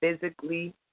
physically